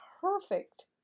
perfect